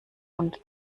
runde